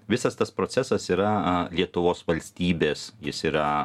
visas tas procesas yra lietuvos valstybės jis yra